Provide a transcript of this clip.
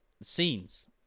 scenes